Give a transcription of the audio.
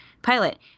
Pilot